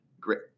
great